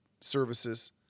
services